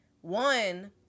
one